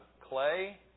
Clay